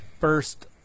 first